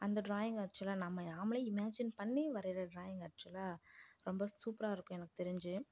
அந்த டிராயிங் ஆக்சுவலாக நம்ம நாமளே இமேஜின் பண்ணி வரையற டிராயிங் ஆக்சுவலாக ரொம்ப சூப்பராக இருக்கும் எனக்கு தெரிஞ்சு